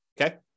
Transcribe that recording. Okay